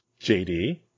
JD